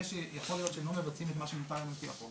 זה שיכול שהם לא מבצעים את מה שמוטל עליהם על פי החוק,